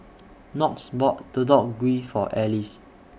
Knox bought Deodeok Gui For Alys